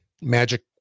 magic